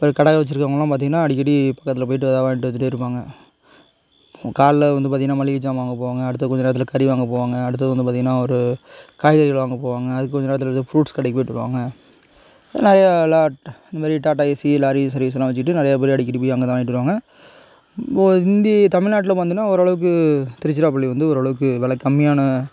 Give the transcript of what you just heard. இப்போ கடை வச்சுருக்கவங்களாம் பார்த்தீங்கன்னா அடிக்கடி பக்கத்தில் போயிவிட்டு எதாவது வாங்கிகிட்டு வந்துகிட்டே இருப்பாங்க காலைல வந்து பார்த்தீங்கன்னா மளிகைஜாமான் வாங்க போவாங்க அடுத்த கொஞ்ச நேரத்தில் கறி வாங்க போவாங்க அடுத்தது வந்து பார்த்தீங்கன்னா ஒரு காய்கறிகள் வாங்க போவாங்க அதுக்கு கொஞ்ச நேரத்தில் பார்த்தீங்கன்னா ஃப்ரூட்ஸ் கடைக்கு போயிவிட்டு வருவாங்க நிறையா எல்லா இந்த மாரி டாடா ஏசி லாரி சர்வீஸ்லாம் வச்சுக்கிட்டு நிறையா பேர் அடிக்கடி போய் அங்க தான் வாங்கிட்டு வருவாங்க இந்தி தமிழ்நாட்டில பார்த்தீங்கன்னா ஓரளவுக்கு திருச்சிராப்பள்ளி வந்து ஓரளவுக்கு வில கம்மியான